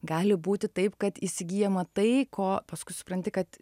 gali būti taip kad įsigyjama tai ko paskui supranti kad